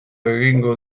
egingo